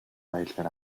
баялаг